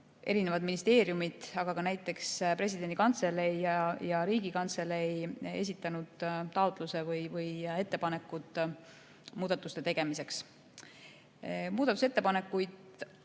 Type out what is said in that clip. erinevad ministeeriumid, aga ka näiteks presidendi kantselei ja Riigikantselei esitanud ettepanekud muudatuste tegemiseks. Muudatusettepanekuid